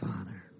Father